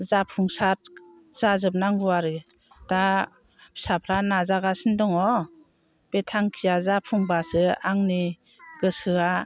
जाफुंसार जाजोबनांगौ आरो दा फिसाफ्रा नाजागासिनो दङ बे थांखिया जाफुंब्लासो आंनि गोसोआ